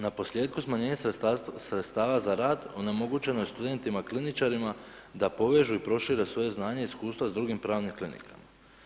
Naposljetku, smanjenje sredstava za rad, onemogućeno je studentima kliničarima da povežu i prošire svoje znanje i iskustva s drugim pravnim klinikama.